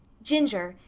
ginger,